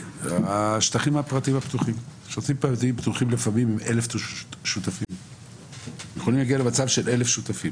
שטחים אלה לפעמים יכולים להגיע למצב של עד 1,000 שותפים.